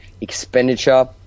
expenditure